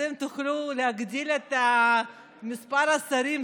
אתם תוכלו להגדיל את מספר השרים,